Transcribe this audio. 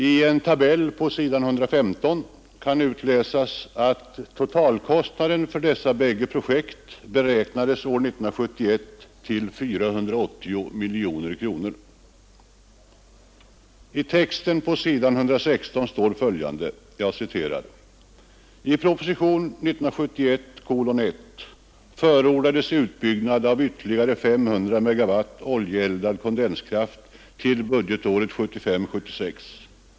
I en tabell på s. 115 kan utläsas att totalkostnaden för dessa bägge projekt år 1971 beräknades till 480 miljoner kronor. I texten på s. 116 står följande: ”I prop. 1971:1 ——— förordades utbyggnad av ytterligare 500 MW oljeeldad kondenskraft till budgetåret 1975/76.